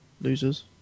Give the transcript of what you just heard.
Losers